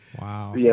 Wow